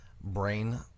brain